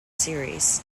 series